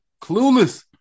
Clueless